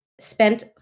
spent